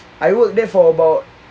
I work there for about